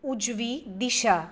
उजवी दिशा